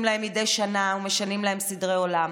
להם מדי שנה ומשנים להם סדרי עולם,